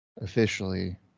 officially